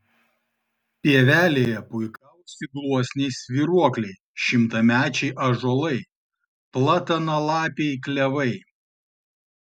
pievelėje puikavosi gluosniai svyruokliai šimtamečiai ąžuolai platanalapiai klevai